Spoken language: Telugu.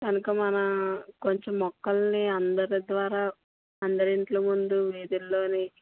కనక మన కొంచెం మొక్కలని అందరి ద్వారా అందరి ఇళ్ళ ముందు వీధుల్లోని